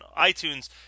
iTunes